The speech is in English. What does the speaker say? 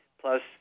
plus